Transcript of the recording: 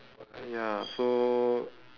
ya so